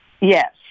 Yes